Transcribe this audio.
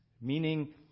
meaning